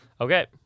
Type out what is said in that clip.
Okay